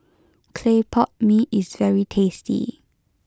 Clay Pot Mee is very tasty